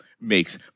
makes